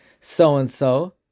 so-and-so